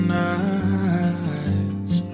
nights